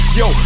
yo